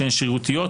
שהן שרירותיות,